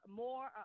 more –